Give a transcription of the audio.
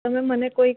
તમે મને કોઈક